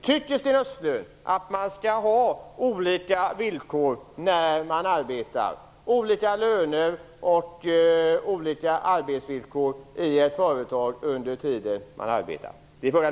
Min första fråga är: Tycker Sten Östlund att man skall ha olika lön och olika arbetsvillkor i samma arbete?